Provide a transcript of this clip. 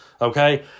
okay